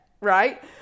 right